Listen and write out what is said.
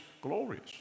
glorious